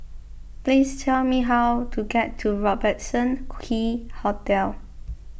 please tell me how to get to Robertson Key Hotel